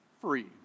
free